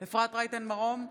אפרת רייטן מרום,